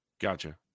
Gotcha